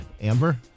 Amber